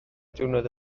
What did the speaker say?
diwrnod